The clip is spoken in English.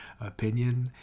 Opinion